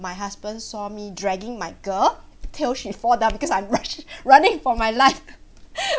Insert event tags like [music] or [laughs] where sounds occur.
my husband saw me dragging my girl till she fall down because I'm rush running for my life [laughs]